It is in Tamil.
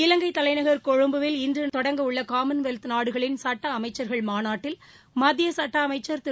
இவங்கை தலைநகள் கொழும்பில் இன்று தொடங்கவுள்ள காமன்வெல்த் நாடுகளின் சட்ட அமைச்சர்கள் மாநாட்டில் மத்திய சுட்ட அமைச்சர் திரு